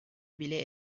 bile